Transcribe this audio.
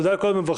תודה לכל המברכים,